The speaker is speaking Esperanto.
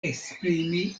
esprimi